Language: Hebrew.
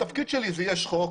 התפקיד שלי הוא יש חוק,